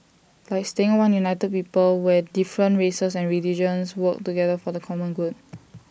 like staying one united people where different races and religions work together for the common good